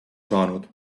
saanud